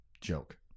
joke